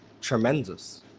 tremendous